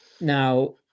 now